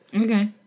Okay